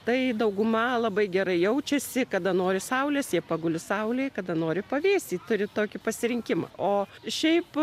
tai dauguma labai gerai jaučiasi kada nori saulės jie paguli saulėj kada nori pavėsy turi tokį pasirinkimą o šiaip